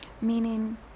meaning